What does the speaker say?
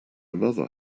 mother